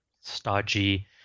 stodgy